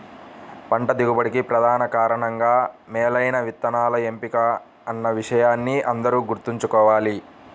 పంట దిగుబడికి ప్రధాన కారణంగా మేలైన విత్తనాల ఎంపిక అన్న విషయాన్ని అందరూ గుర్తుంచుకోవాలి